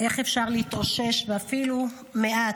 איך אפשר להתאושש, ואפילו מעט,